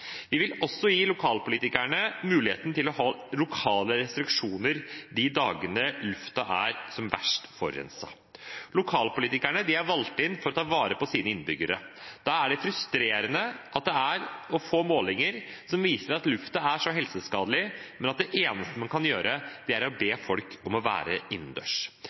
Vi vil også gi lokalpolitikerne muligheten til å ha lokale restriksjoner de dagene luften er verst forurenset. Lokalpolitikerne er valgt inn for å ta vare på sine innbyggere. Da er det frustrerende å få målinger som viser at luften er så helseskadelig at det eneste man kan gjøre, er å be folk om å være